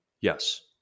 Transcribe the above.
Yes